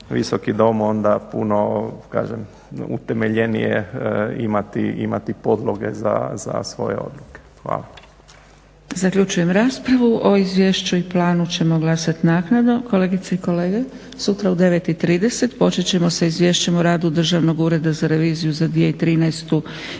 Visoki dom onda puno kažem utemeljenije imati podloge za svoje odluke. Hvala.